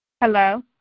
hello